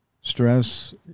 stress